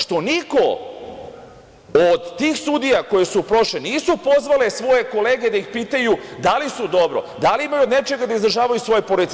Što niko od tih sudija koje su prošle nisu pozvale svoje kolege da ih pitaju da li su dobro, da li imaju od nečega da izdržavaju svoje porodice.